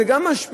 וזה גם משפיע.